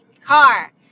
car